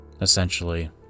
essentially